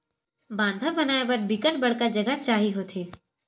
बांधा बनाय बर बिकट बड़का जघा चाही होथे